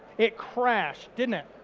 it crashed, didn't it?